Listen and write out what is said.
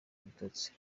ibitotsi